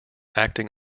acting